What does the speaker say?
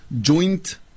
joint